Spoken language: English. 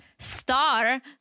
Star